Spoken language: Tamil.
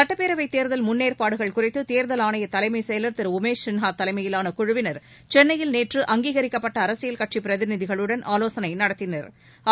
சுட்டப்பேரவைத் தேர்தல் முன்னேற்பாடுகள் குறித்து தேர்தல் ஆணைய தலைமை செயல் திரு உமேஷ் சின்ஹா தலைமையிலான குழுவிளா் சென்னையில் நேற்று அங்கீகிக்கப்பட்ட அரசியல் கட்சி பிரதிநிதிகளுடன் ஆலோசனை நடத்தினா்